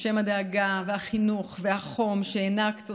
בשם הדאגה והחינוך והחום שהענקת,